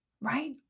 right